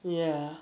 ya